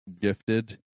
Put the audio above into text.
gifted